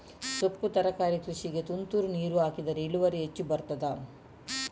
ಸೊಪ್ಪು ತರಕಾರಿ ಕೃಷಿಗೆ ತುಂತುರು ನೀರು ಹಾಕಿದ್ರೆ ಇಳುವರಿ ಹೆಚ್ಚು ಬರ್ತದ?